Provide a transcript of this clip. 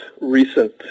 recent